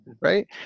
right